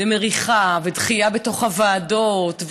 ומריחה ודחייה בתוך הוועדות,